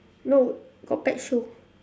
no got pet show